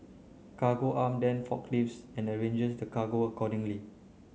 Cargo Arm then forklifts and arranges the cargo accordingly